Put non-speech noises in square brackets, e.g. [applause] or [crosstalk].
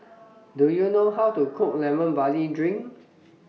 [noise] Do YOU know How to Cook Lemon Barley Drink